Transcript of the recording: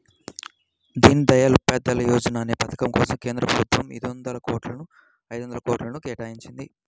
దీన్ దయాళ్ ఉపాధ్యాయ యోజనా అనే పథకం కోసం కేంద్ర ప్రభుత్వం ఐదొందల కోట్లను కేటాయించింది